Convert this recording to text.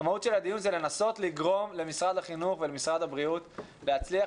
זה לנסות לגרום למשרד החינוך ולמשרד הבריאות להצליח